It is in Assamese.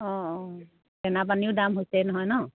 অঁ অঁ দেনা পানীও দাম হৈছে নহয় ন